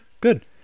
good